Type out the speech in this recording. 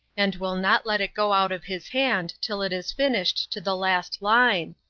and will not let it go out of his hand till it is finished to the last line,